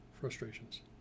frustrations